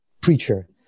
preacher